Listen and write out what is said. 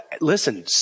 listen